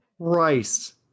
Christ